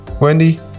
Wendy